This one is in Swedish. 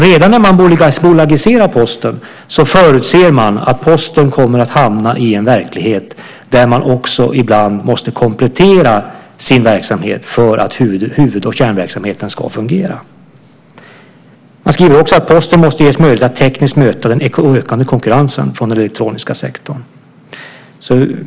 Redan när man bolagiserar Posten förutser man att Posten kommer att hamna i en verklighet där verksamheten måste kompletteras för att huvud och kärnverksamheten ska fungera. Det skrivs vidare att Posten måste ges möjlighet att tekniskt möta den ökande konkurrensen från den elektroniska sektorn.